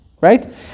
right